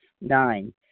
Nine